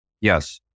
Yes